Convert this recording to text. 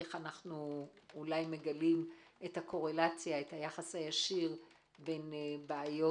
איך אנחנו אולי מגלים את היחס הישיר בין בעיות